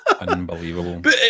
Unbelievable